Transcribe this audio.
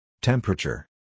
Temperature